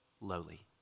lowly